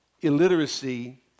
illiteracy